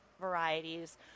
varieties